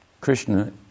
Krishna